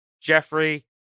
Jeffrey